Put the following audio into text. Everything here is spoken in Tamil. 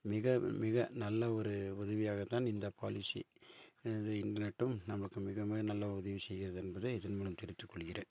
மிக மிக நல்ல ஒரு உதவியாக தான் இந்த பாலிசி இது இண்டர்நெட்டும் நம்மளுக்கு மிக மிக நல்ல உதவி செய்கிறது என்பதை இதன் மூலம் தெரிவித்துக்கொள்கிறேன்